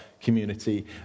community